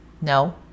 No